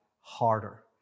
Harder